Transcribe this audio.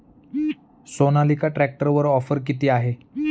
सोनालिका ट्रॅक्टरवर ऑफर किती आहे?